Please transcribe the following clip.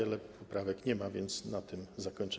Ale poprawek nie ma, więc na tym zakończę.